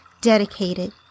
dedicated